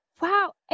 wow